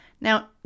Now